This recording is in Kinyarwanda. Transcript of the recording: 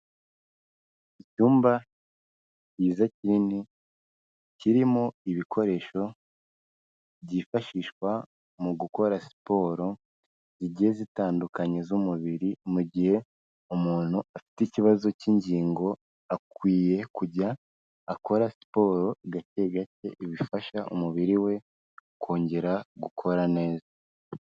Icyumba kiza kinini kirimo ibikoresho byifashishwa mu gukora siporo zigiye zitandukanye z'umubiri, mu gihe umuntu afite ikibazo cy'ingingo akwiye kujya akora siporo gake gake ibifasha umubiri we kongera gukora neza.